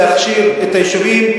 להכשיר את היישובים,